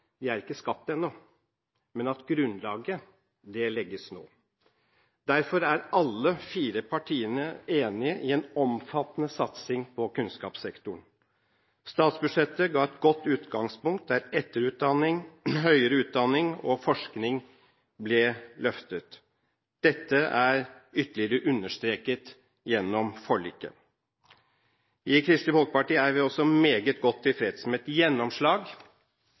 i tid, ikke er skapt ennå, men at grunnlaget legges nå. Derfor er alle fire partiene enige om en omfattende satsing på kunnskapssektoren. Statsbudsjettet ga et godt utgangspunkt, der etterutdanning, høyere utdanning og forskning ble løftet. Dette er ytterligere understreket gjennom forliket. I Kristelig Folkeparti er vi også meget godt tilfreds med et gjennomslag